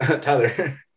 Tyler